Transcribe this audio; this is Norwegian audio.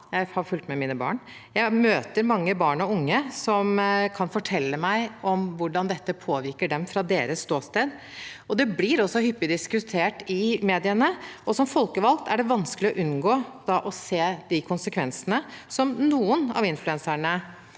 jeg har fulgt med mine barn. Jeg møter mange barn og unge som kan fortelle meg om hvordan dette påvirker dem, fra deres ståsted. Det blir også hyppig diskutert i mediene. Som folkevalgt er det da vanskelig å unngå å se de konsekvensene noen av influenserne